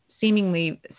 seemingly